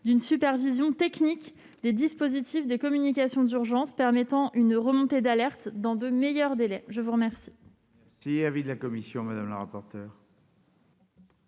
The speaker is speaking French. d'une supervision technique des dispositifs de communication d'urgence permettant une remontée d'alerte dans de meilleurs délais. Quel